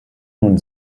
nun